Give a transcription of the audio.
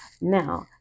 now